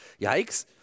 Yikes